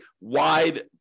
wide